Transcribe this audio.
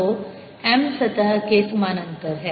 तो M सतह के समानांतर है